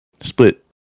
split